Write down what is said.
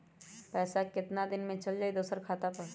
पैसा कितना दिन में चल जाई दुसर खाता पर?